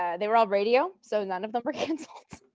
ah they were all radio, so none of them were cancelled.